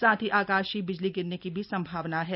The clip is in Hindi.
साथ ही आकाशीय बिजली गिरने की भी संभावना है